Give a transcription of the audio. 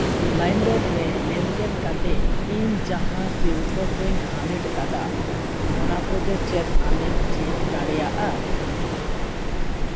ᱞᱟᱭᱤᱢᱨᱳᱰ ᱨᱮ ᱞᱮᱱᱫᱮᱱ ᱠᱟᱛᱮᱫ ᱤᱧ ᱡᱟᱦᱟᱸ ᱥᱤᱨᱯᱟᱹ ᱠᱚᱧ ᱦᱟᱢᱮᱴ ᱟᱠᱟᱫᱟ ᱚᱱᱟ ᱠᱚᱫᱚ ᱪᱮᱫ ᱟᱢᱮᱢ ᱪᱮᱠ ᱫᱟᱲᱮᱭᱟᱜᱼᱟ